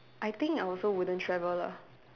I think I also wouldn't travel lah